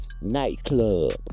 nightclub